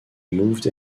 moved